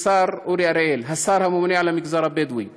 לשר אורי אריאל, השר הממונה על המגזר הבדואי: